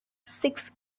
six